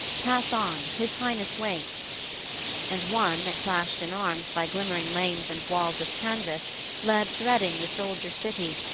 pass on his highness wakes and one, that clashed in arms, by glimmering lanes and walls of canvas led threading the soldier-city,